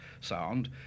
sound